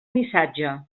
missatge